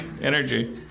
energy